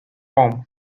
form